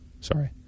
sorry